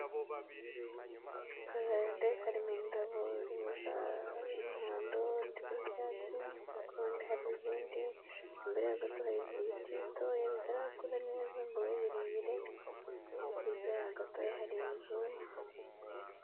Akajaride karimo indabo zimwe z'umuhondo ndetse n'icyatsi, ku ruhande hari izindi, imbere yaho gato hari ibiti bitoya bitarakura neza ngo bibe birebire, hirya yaho gatoya hari inzu.